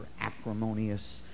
acrimonious